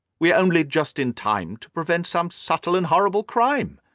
we are only just in time to prevent some subtle and horrible crime.